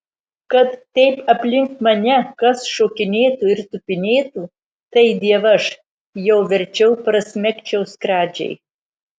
kad taip aplink mane kas šokinėtų ir tupinėtų tai dievaž jau verčiau prasmegčiau skradžiai